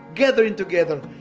gathering together,